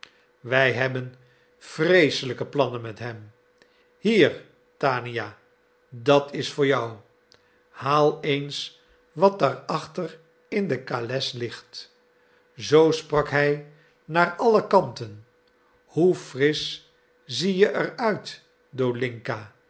wij hebben vreeselijke plannen met hem hier tania dat is voor jou haal eens wat daar achter in de kales ligt zoo sprak hij naar alle kanten hoe frisch zie je er